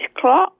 clock